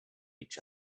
each